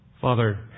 Father